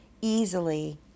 easily